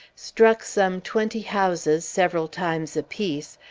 struck some twenty houses several times apiece,